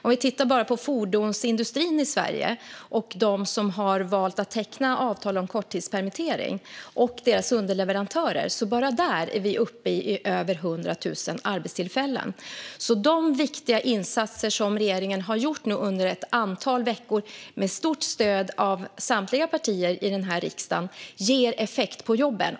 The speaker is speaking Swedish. Om vi tittar bara på fordonsindustrin i Sverige, deras underleverantörer och dem som har valt att teckna avtal om korttidspermittering kan vi se att vi är uppe i över 100 000 arbetstillfällen. De viktiga insatser som regeringen nu har gjort under ett antal veckor, med stort stöd från samtliga partier i denna riksdag, ger effekt på jobben.